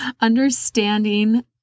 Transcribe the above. understanding